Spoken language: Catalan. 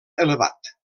elevat